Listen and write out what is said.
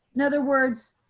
in other words,